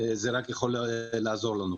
זה רק יכול לעזור לנו.